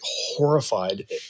horrified